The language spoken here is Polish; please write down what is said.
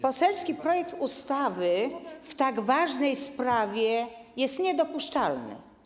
Poselski projekt ustawy w tak ważnej sprawie jest niedopuszczalny.